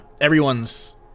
everyone's